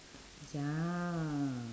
ya